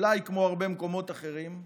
אולי כמו בהרבה מקומות אחרים,